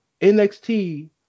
NXT